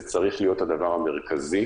זה צריך להיות הדבר המרכזי,